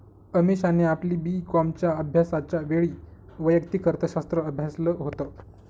अमीषाने आपली बी कॉमच्या अभ्यासाच्या वेळी वैयक्तिक अर्थशास्त्र अभ्यासाल होत